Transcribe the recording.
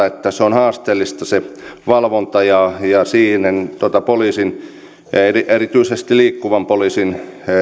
että on haasteellista se valvonta ja siihen poliisin erityisesti liikkuvan poliisin